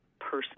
person